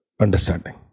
understanding